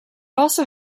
also